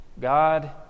God